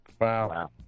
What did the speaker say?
Wow